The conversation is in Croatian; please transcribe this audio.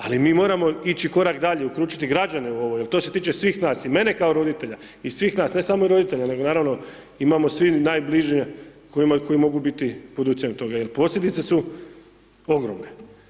Ali mi moramo ići korak dalje, uključiti i građane u ovo jer to se tiče svih nas i mene kao roditelja i svih nas, ne samo roditelja, nego naravno imamo svi najbliže koji mogu biti pod utjecajem toga jer posljedice su ogromne.